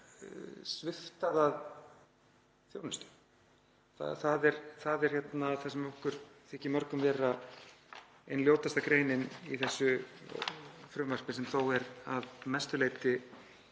svipta það þjónustu. Það er það sem okkur þykir mörgum ein ljótasta greinin í þessu frumvarpi, sem þó er að mestu leyti